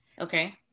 okay